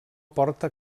porta